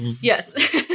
Yes